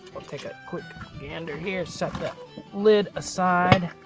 i'll take a quick gander here, set lid aside.